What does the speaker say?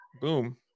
boom